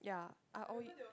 yeah I always